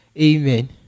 Amen